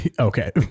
Okay